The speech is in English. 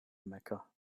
mecca